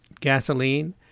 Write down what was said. gasoline